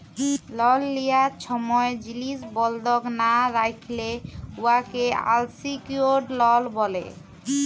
লল লিয়ার ছময় জিলিস বল্ধক লা রাইখলে উয়াকে আলসিকিউর্ড লল ব্যলে